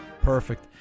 Perfect